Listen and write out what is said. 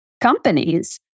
companies